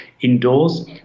indoors